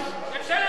יושבת-ראש קדימה,